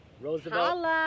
Roosevelt